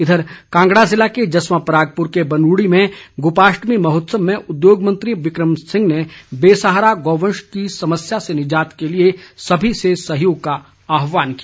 उधर कांगड़ा ज़िले के जसवां परागपुर के बनूड़ी में गोपाष्टमी महोत्सव में उद्योग मंत्री बिक्रम सिंह ने बेसहारा गौवंश की समस्या से निजात के लिए सभी से सहयोग का आह्वान किया